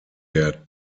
der